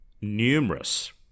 numerous